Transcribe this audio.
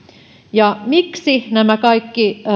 ja miksi nämä kaikki